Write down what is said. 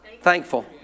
thankful